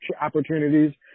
opportunities